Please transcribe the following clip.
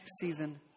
season